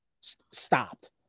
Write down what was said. stopped